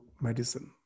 medicine